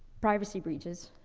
privacy breaches,